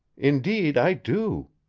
indeed i do.